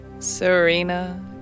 Serena